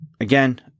again